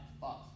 box